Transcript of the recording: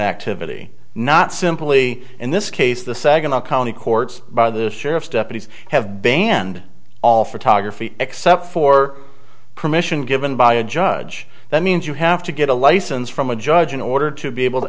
activity not simply in this case the second the county courts by the sheriff's deputies have banned all photography except for permission given by a judge that means you have to get a license from a judge in order to be able to